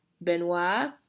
Benoit